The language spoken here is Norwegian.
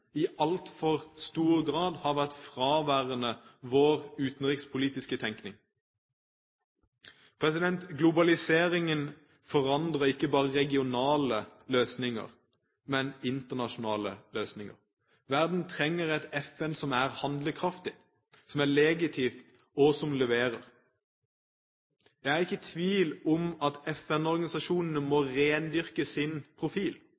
i altfor stor grad har vært fraværende i vår utenrikspolitiske tenkning. Globaliseringen fordrer ikke bare regionale løsninger, men internasjonale løsninger. Verden trenger et FN som er handlekraftig, som er legitimt og som leverer. Jeg er ikke i tvil om at FN-organisasjonene må rendyrke sin profil.